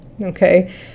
okay